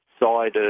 side